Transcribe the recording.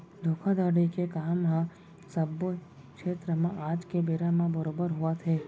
धोखाघड़ी के काम ह सब्बो छेत्र म आज के बेरा म बरोबर होवत हे